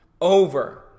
over